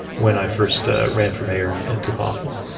when i first ah ran for mayor and and took office.